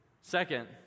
Second